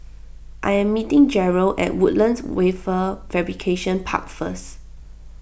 I am meeting Jerel at Woodlands Wafer Fabrication Park First